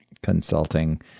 consulting